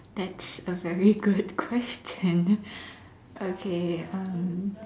that's a very good question okay um